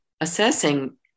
assessing